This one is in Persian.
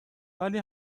ولی